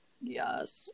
Yes